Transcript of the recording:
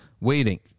waiting